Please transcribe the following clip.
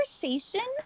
conversation